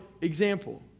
example